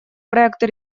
проекта